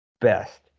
best